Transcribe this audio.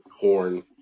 corn